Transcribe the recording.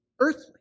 earthly